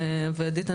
עדית,